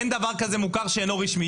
אין דבר כזה מוכר שאינו רשמי.